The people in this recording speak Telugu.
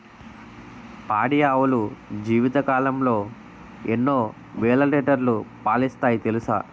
పాడి ఆవులు జీవితకాలంలో ఎన్నో వేల లీటర్లు పాలిస్తాయి తెలుసా